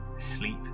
sleep